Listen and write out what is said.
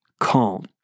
calm